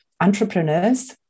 entrepreneurs